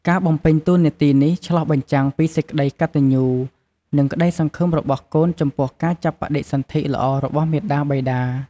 ការបំពេញតួនាទីនេះឆ្លុះបញ្ចាំងពីសេចក្តីកតញ្ញូ និងក្តីសង្ឃឹមរបស់កូនចំពោះការចាប់បដិសន្ធិល្អរបស់មាតាបិតា។